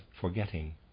forgetting